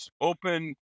open